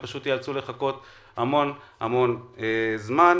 הם ייאלצו לחכות המון המון זמן.